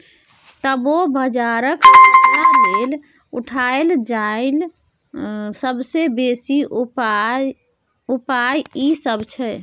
तबो बजारक खतरा लेल उठायल जाईल सबसे बेसी उपाय ई सब छै